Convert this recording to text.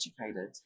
educated